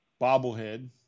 bobblehead